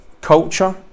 culture